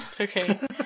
Okay